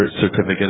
certificate